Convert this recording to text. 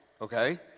okay